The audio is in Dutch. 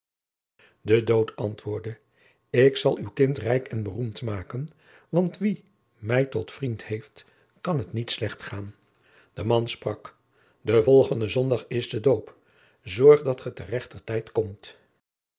de dood antwoordde ik zal uw kind rijk en beroemd maken want wie mij tot vriend heeft kan het niet slecht gaan de man sprak den volgenden zondag is de doop zorg dat ge te rechter tijd komt